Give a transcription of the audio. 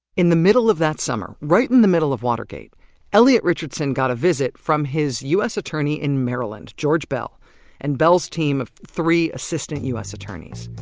in the middle of that summer right in the middle of watergate elliot richardson got a visit from his u s. attorney in maryland george beall and beall's team of three assistant u s. attorneys